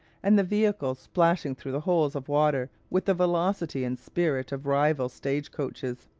and the vehicles splashing through the holes of water with the velocity and spirit of rival stage-coaches.